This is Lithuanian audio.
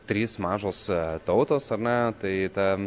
trys mažos tautos ar ne ta